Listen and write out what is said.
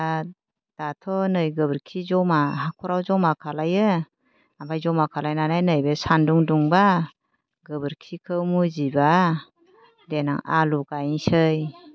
आरो दाथ' नै गोबोरखि ज'मा हाख'राव ज'मा खालायो ओमफ्राय ज'मा खालायनानै नै बे सानदुं दुंबा गोबोरखिखौ मुजिबा देनां आलु गायनोसै